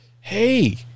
hey